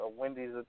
Wendy's